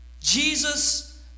Jesus